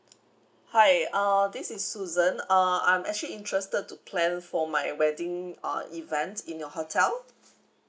hi uh this is susan uh I'm actually interested to plan for my wedding uh events in your hotel